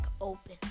open